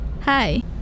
Hi